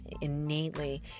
innately